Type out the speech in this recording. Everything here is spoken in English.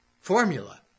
formula